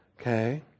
Okay